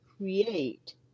create